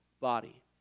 body